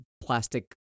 plastic